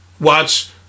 watch